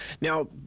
Now